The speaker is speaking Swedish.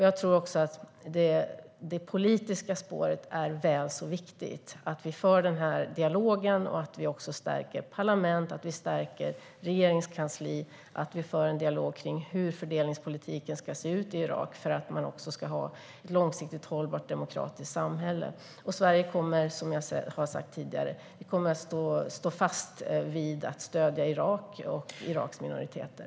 Jag tror också att det politiska spåret är väl så viktigt. Det är viktigt att vi för den här dialogen. Det är viktigt att vi stärker parlamentet och regeringskansliet och för en dialog kring hur fördelningspolitiken ska se ut i Irak för att man ska kunna ha ett långsiktigt hållbart demokratiskt samhälle. Sverige kommer, som jag har sagt tidigare, att stå fast vid att stödja Irak och dess minoriteter.